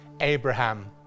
Abraham